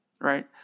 right